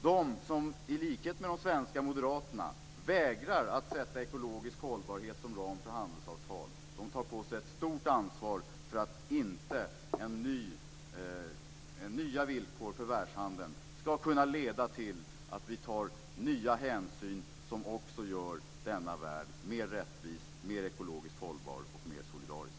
De som i likhet med de svenska moderaterna vägrar att sätta ekologisk hållbarhet som ram för handelsavtal tar på sig ett stort ansvar för att inte nya villkor för världshandeln ska kunna leda till att vi tar nya hänsyn som också gör denna värld mer rättvis, mer ekologiskt hållbar och mer solidarisk.